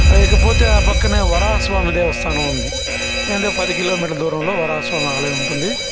ఇక పోతే ఆ పక్కనే వరాహ స్వామి దేవస్థానం ఉంది ఎంత పది కిలోమీటర్ల దూరంలో వరాహ స్వామి ఆలయం ఉంటుంది